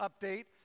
update